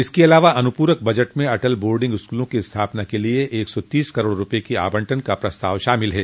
इसके अलावा अनुपूरक बजट में अटल बोर्डिंग स्कूलों की स्थापना के लिये एक सौ तीस करोड़ रूपये के आवंटन का प्रस्ताव भी शामिल है